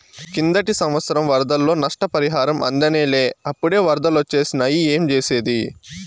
కిందటి సంవత్సరం వరదల్లో నష్టపరిహారం అందనేలా, అప్పుడే ఒరదలొచ్చేసినాయి ఏంజేసేది